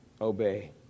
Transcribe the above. Obey